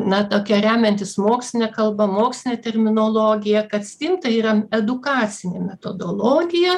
na tokia remiantis moksline kalba moksline terminologija kad stim tai yra edukacinė metodologija